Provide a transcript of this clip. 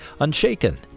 Unshaken